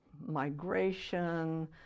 migration